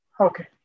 Okay